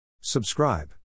Subscribe